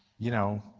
you know,